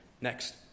next